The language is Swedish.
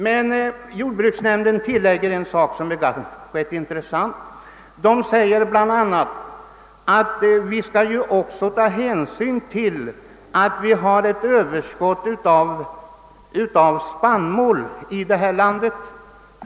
Men jordbruksnämnden tillägger en sak som är intressant, nämligen att vi också bör ta hänsyn till att det råder ett överskott av spannmål här i landet.